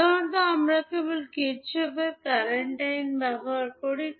সাধারণত আমরা কেবল কারশফের Kirchhoff's কারেন্ট আইন ব্যবহার করি